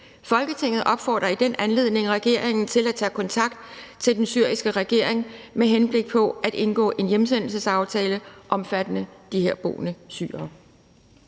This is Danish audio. Folketinget opfordrer i den anledning regeringen til at tage kontakt til den syriske regering med henblik på at indgå en hjemsendelsesaftale omfattende de herboende syrere.«